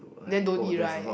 then don't eat right